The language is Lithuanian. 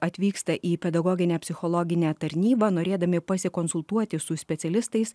atvyksta į pedagoginę psichologinę tarnybą norėdami pasikonsultuoti su specialistais